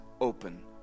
open